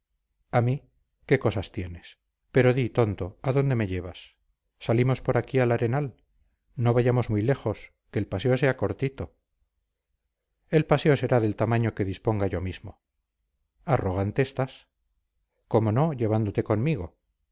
a mí qué cosas tienes pero di tonto a dónde me llevas salimos por aquí al arenal no vayamos muy lejos que el paseo sea cortito el paseo será del tamaño que disponga yo mismo arrogante estás cómo no llevándote conmigo